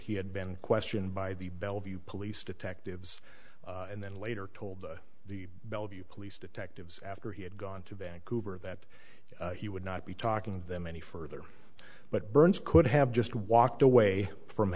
he had been questioned by the bellevue police detectives and then later told the bellevue police detectives after he had gone to vancouver that he would not be talking them any further but burns could have just walked away from